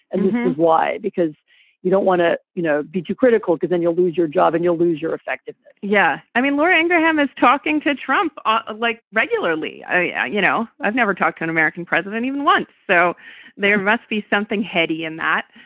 and this was why. because you don't want to you know be too critical. because then you'll lose your job and you'll lose your effectiveness yeah. i mean, laura ingraham is talking to trump, ah like, regularly. yeah you know, i've never talked to an american president even once. so there must be something heady in that.